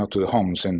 to the homes, and